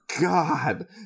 god